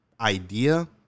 idea